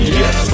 yes